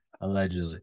Allegedly